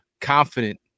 confident